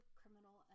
criminal